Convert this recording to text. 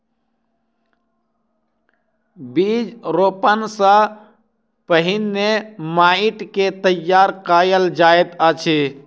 बीज रोपण सॅ पहिने माइट के तैयार कयल जाइत अछि